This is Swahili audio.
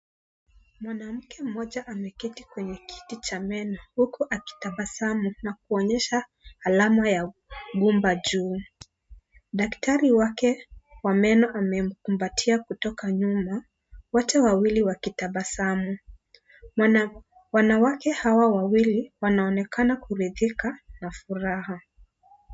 Mwanamke mmoja ameketi kwenye kiti cha meno, huku akitabasamu na kuonyesha alama ya gumba juu. Daktari wake wa meno amemkumbatia kutoka nyuma, wote wawili wakitabasamu. Wanawake hawa wawili, wanaonekana kuridhika na furaha.